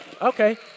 Okay